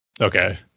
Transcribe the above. Okay